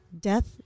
death